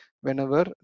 whenever